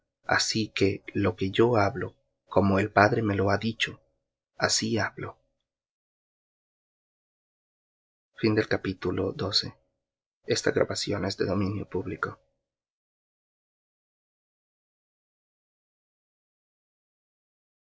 así que lo que yo hablo como el padre me lo ha dicho así hablo capítulo antes de